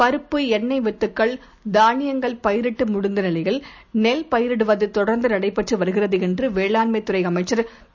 பருப்பு எண்ணெய்வித்துக்கள் தானியங்கள்பயிரிட்டுமுடிந்தநிலையில் நெல்பயிரிடுவதுதொடர்ந்துநடைபெற்றுவருகிறதுஎன்றுவேளாண்மைத்துறைஅமை ச்சர்திரு